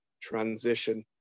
transition